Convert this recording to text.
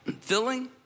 Filling